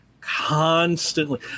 constantly